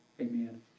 Amen